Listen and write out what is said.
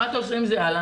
מה אתה עושה עם זה הלאה?